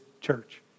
church